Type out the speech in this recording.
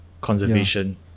Conservation